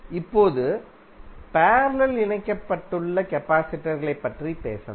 இப்போது பேரலல் இணைக்கப்பட்டுள்ள கபாசிடர்களைப் பற்றி பேசலாம்